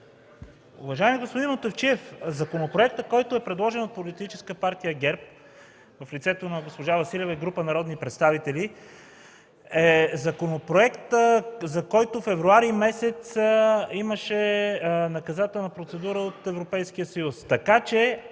Уважаеми господин Мутафчиев, законопроектът, който е предложен от Политическа партия ГЕРБ, в лицето на госпожа Василева и група народни представители, е законопроектът, за който през февруари месец имаше наказателна процедура от Европейския съюз.